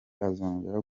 azongera